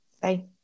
Bye